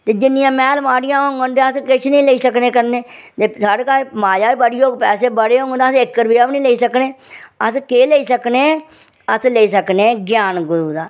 ते जिन्नियां मैह्ल माढ़ियां होंङन ते अस किश नी लेई सकने कन्नै जे साढ़े घर माया बड़ी होग पैसे बड़े होङन ते अस ते इक रपेआ बी नेईं लेई सकने अस केह् लेई सकने अस लेई सकने ज्ञान गुरू दा